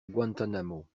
guantanamo